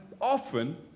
often